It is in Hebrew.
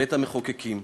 בית-המחוקקים.